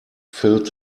filled